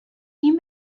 این